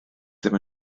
ddim